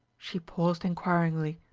she paused inquiringly.